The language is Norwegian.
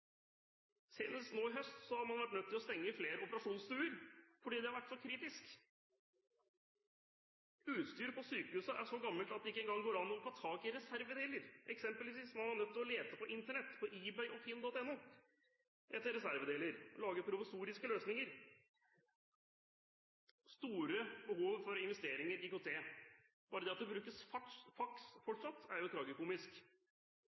Senest nå i høst har man vært nødt til å stenge flere operasjonsstuer fordi det har vært så kritisk. Utstyret på sykehuset er så gammelt at det ikke engang går an å få tak i reservedeler. Eksempelvis har man vært nødt til å lete på Internett, på eBay og finn.no etter reservedeler, og lage provisoriske løsninger. Det er stort behov for investeringer i IKT. Bare det at det fortsatt brukes faks